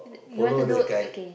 oh follow the kite